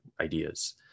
ideas